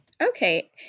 Okay